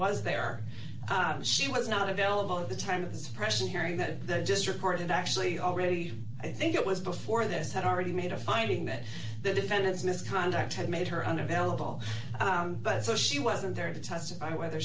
was there she was not available at the time of the suppression hearing that just reported actually already i think it was before this had already made a finding that the defendant's misconduct had made her unavailable but so she wasn't there to testify whether